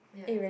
ya